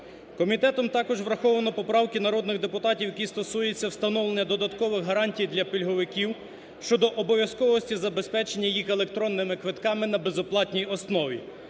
Комітетом також враховано поправки народних депутатів, які стосуються встановлення додаткових гарантій для пільговиків щодо обов'язковості забезпечення їх електронними квитками на безоплатній основі.